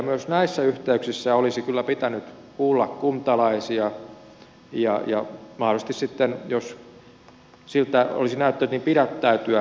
myös näissä yhteyksissä olisi kyllä pitänyt kuulla kuntalaisia ja mahdollisesti sitten jos siltä olisi näyttänyt pidättäytyä